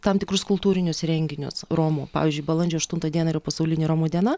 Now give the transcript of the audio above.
tam tikrus kultūrinius renginius romų pavyzdžiui balandžio aštuntą dieną yra pasaulinė romų diena